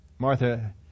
Martha